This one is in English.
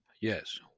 Yes